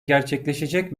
gerçekleşecek